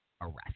arrest